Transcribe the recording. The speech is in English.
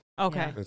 Okay